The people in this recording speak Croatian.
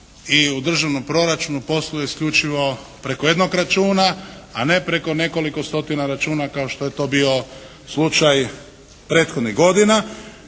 i u državnom proračunu posluje isključivo preko jednog računa, a ne preko nekoliko stotina računa kao što je to bio slučaj prethodnih godina.